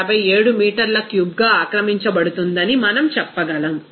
57 మీటర్ల క్యూబ్గా ఆక్రమించబడుతుందని మనం చెప్పగలం